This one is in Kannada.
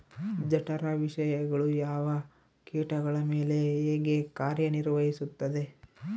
ಜಠರ ವಿಷಯಗಳು ಯಾವ ಕೇಟಗಳ ಮೇಲೆ ಹೇಗೆ ಕಾರ್ಯ ನಿರ್ವಹಿಸುತ್ತದೆ?